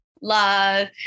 love